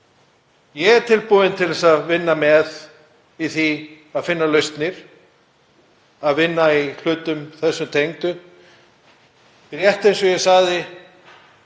Ég er tilbúinn til að vinna með í því að finna lausnir, að vinna í hlutum sem þessu tengjast. Rétt eins og ég sagði